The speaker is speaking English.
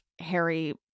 Harry